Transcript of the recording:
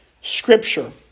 Scripture